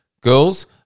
Girls